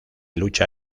lucha